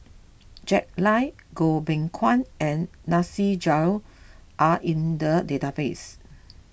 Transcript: Jack Lai Goh Beng Kwan and Nasir Jalil are in the database